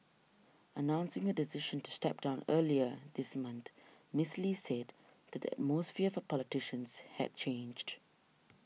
announcing her decision to step down earlier this month Miss Lee said today mosphere for politicians had changed